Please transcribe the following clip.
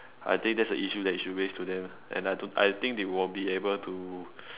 I think that's the issue you that should raise to them and I don't think I think they will be able to